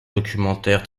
documentaires